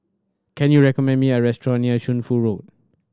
can you recommend me a restaurant near Shunfu Road